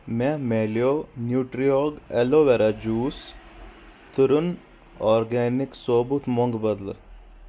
مےٚ مِلیو نیوٗٹرٛیوگ ایلو وٮ۪را جوٗس تٔرُن آرگینِک ثوبوٗت مۄنٛگ بدلہٕ